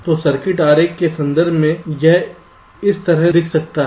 तो सर्किट आरेख के संदर्भ में यह इस तरह दिख सकता है